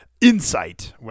Insight